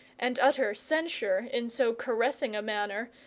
and utter censure in so caressing a manner,